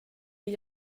igl